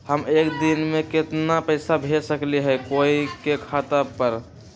हम एक दिन में केतना पैसा भेज सकली ह कोई के खाता पर?